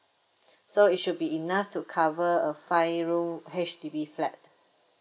so it should be enough to cover a five room H_D_B flat